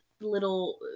little